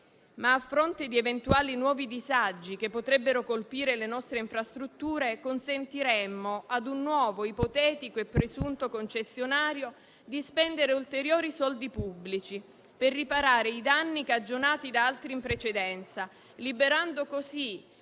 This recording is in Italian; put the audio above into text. A fronte di eventuali nuovi disagi che potrebbero colpire le nostre infrastrutture, consentiremmo ad un nuovo, ipotetico e presunto concessionario di spendere ulteriori soldi pubblici per riparare i danni cagionati da altri in precedenza, liberando così